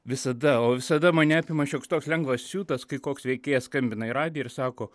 visada o visada mane apima šioks toks lengvas siutas kai koks veikėjas skambina į radiją ir sako